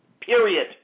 period